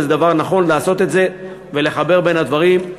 וזה דבר נכון לעשות את זה ולחבר בין הדברים.